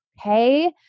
Okay